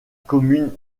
commune